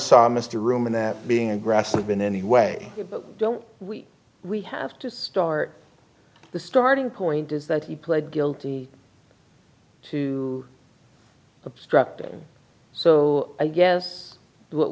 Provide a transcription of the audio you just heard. saw mr room and that being aggressive in any way don't we have to start the starting point is that he pled guilty to obstructing so i guess what